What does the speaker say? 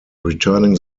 returning